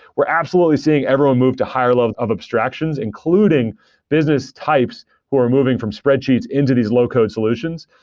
we're absolutely seeing everyone move to higher level of abstractions including business types who are moving from spreadsheets into these low-code solutions.